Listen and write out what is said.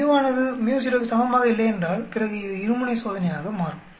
µ ஆனது µ0 க்கு சமமாக இல்லையென்றால் பிறகு இது இரு முனை சோதனையாக மாறும்